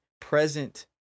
present